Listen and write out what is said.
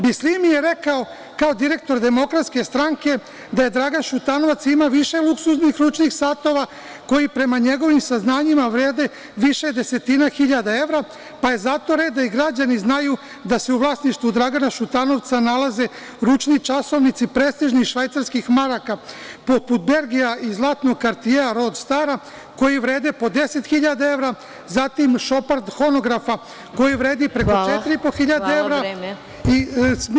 Bislimi je rekao, kao direktor DS, da Dragan Šutanovac ima više luksuznih ručnih satova, koji prema njegovim saznanjima vrede više desetina hiljada evra, pa je zato red da i građani znaju da se u vlasništvu Dragana Šutanovca nalaze ručni časovnici prestižnih švajcarskih maraka poput Bergija i zlatnog Kartijea, Rod Stara koji vrede po deset hiljada evra, zatim Šopard Honografa koji vredi 4.500 evra…